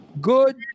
good